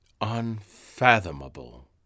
Unfathomable